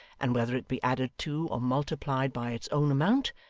and whether it be added to or multiplied by its own amount,